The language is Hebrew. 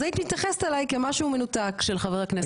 אז היית מתייחסת אלי כמשהו מנותק של חבר הכנסת.